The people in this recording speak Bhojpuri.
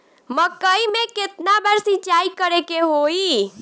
मकई में केतना बार सिंचाई करे के होई?